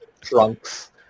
trunks